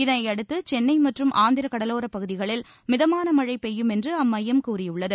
இதனையடுத்து சென்னை மற்றும் ஆந்திர கடலோரப்பகுதிகளில் மிதமான மழை பெய்யுமென்று அம்மையம் கூறியுள்ளது